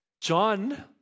John